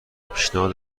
پیشنهاد